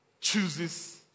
chooses